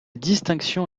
distinction